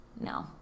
No